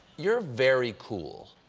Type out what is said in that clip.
you're very cool.